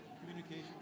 communication